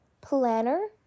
planner